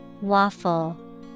Waffle